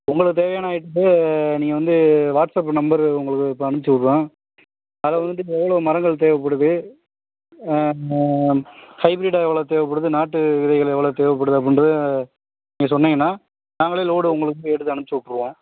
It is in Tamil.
உங்களுக்கு தேவையான ஐட்டத்தை நீங்கள் வந்து வாட்ஸ்அப் நம்பரு உங்களுக்கு இப்போ அனுப்பிச்சு விட்றேன் அதை வந்து இப்போ எவ்வளோ மரங்கள் தேவைப்படுது ஹைப்ரிட்டாக எவ்வளோ தேவைப்படுது நாட்டு விதைகள் தேவைப்படுது அப்படின்றத நீங்கள் சொன்னீங்கன்னால் நாங்களே லோடு உங்களுக்கு எடுத்து அனுப்பிச்சு விட்ருவோம்